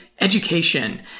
education